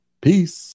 Peace